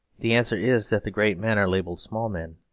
the answer is that the great men are labelled small men,